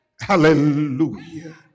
hallelujah